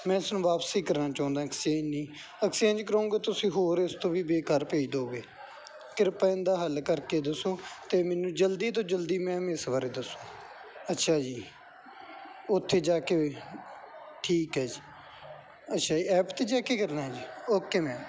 ਮੈਂ ਇਸ ਨੂੰ ਵਾਪਿਸ ਹੀ ਕਰਨਾ ਚਾਹੁੰਦਾ ਐਕਸਚੇਂਜ ਨਹੀਂ ਐਕਸਚੇਂਜ ਕਰੂੰਗਾ ਤੁਸੀਂ ਹੋਰ ਇਸ ਤੋਂ ਵੀ ਬੇਕਾਰ ਭੇਜ ਦੇਓਂਗੇ ਕਿਰਪਾ ਇਹਦਾ ਹੱਲ ਕਰਕੇ ਦੱਸੋ ਅਤੇ ਮੈਨੂੰ ਜਲਦੀ ਤੋਂ ਜਲਦੀ ਮੈਮ ਇਸ ਬਾਰੇ ਦੱਸੋ ਅੱਛਾ ਜੀ ਉੱਥੇ ਜਾ ਕੇ ਠੀਕ ਹੈ ਜੀ ਅੱਛਾ ਐਪ 'ਤੇ ਜਾ ਕੇ ਕਰਨਾ ਜੀ ਓਕੇ ਮੈਮ